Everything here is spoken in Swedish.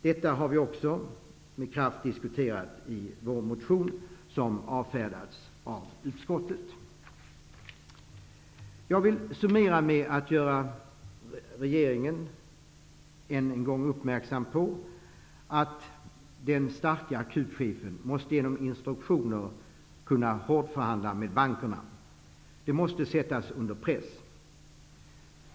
Detta har vi också kraftfullt diskuterat i vår motion, som avfärdas av utskottet. Jag vill summera genom att än en gång uppmärksamma regeringen på att den starka chefen för bankakuten måste få behörighet att kunna förhandla hårt med bankerna. De måste sättas under press.